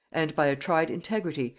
and by a tried integrity,